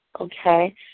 okay